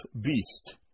beast